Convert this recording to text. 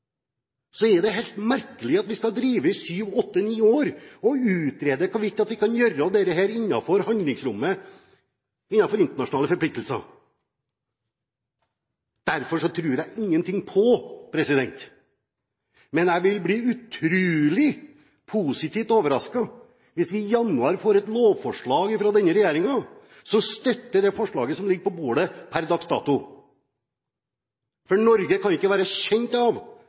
er det helt merkelig at vi skal drive i sju–åtte–ni år og utrede hvorvidt vi kan gjøre dette innenfor handlingsrommet for internasjonale forpliktelser. Derfor tror jeg ingenting på – men jeg vil i så fall bli utrolig positivt overrasket – at vi i januar får et lovforslag fra denne regjeringen som støtter det forslaget som ligger på bordet per dags dato. For Norge kan ikke være bekjent av